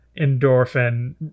endorphin